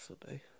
today